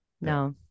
No